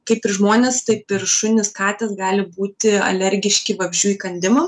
kaip ir žmonės taip ir šunys katės gali būti alergiški vabzdžių įkandimam